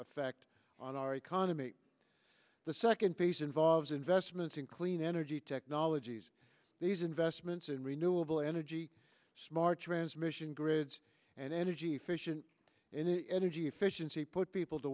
effect on our economy the second piece involves investments in clean energy technologies these investments in renewable energy smart transmission grid and energy efficient in energy efficiency put people to